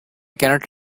cannot